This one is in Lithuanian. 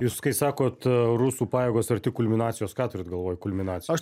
jūs kaip sakot rusų pajėgos arti kulminacijos ką turit galvoj kulminacijos